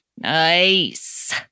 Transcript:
Nice